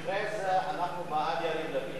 הצעת ועדת הכנסת לתיקון סעיפים